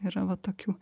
yra va tokių